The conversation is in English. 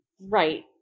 Right